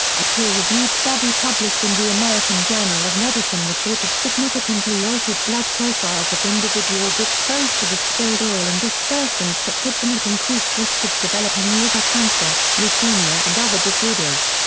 a peer-reviewed study published in the american journal of medicine reported significantly altered blood profiles of individuals exposed to the spilled oil and dispersants that put them at increased risk of developing liver cancer, leukemia and other disorders.